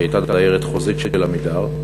היא הייתה דיירת חוזית של "עמידר".